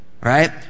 Right